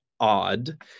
odd